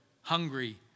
hungry